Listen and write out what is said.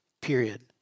period